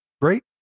great